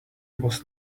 was